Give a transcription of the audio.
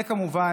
זה, כמובן,